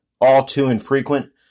all-too-infrequent